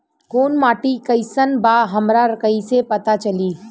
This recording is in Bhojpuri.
कोउन माटी कई सन बा हमरा कई से पता चली?